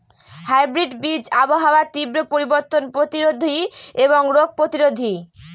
hybrid বীজ আবহাওয়ার তীব্র পরিবর্তন প্রতিরোধী এবং রোগ প্রতিরোধী